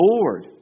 Lord